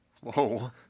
Whoa